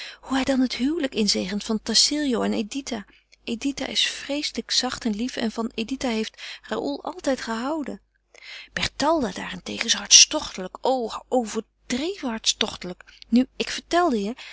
hoe hij dan het huwelijk inzegent van tassillo en editha editha is vreeslijk zacht en lief en van editha heeft raoul altijd gehouden berthalda daarentegen is hartstochtelijk nu ik vertelde je